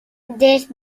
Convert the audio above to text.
des